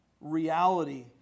reality